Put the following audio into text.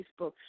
Facebook